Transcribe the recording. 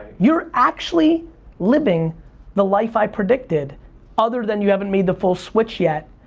you're actually living the life i predicted other than you haven't made the full switch yet.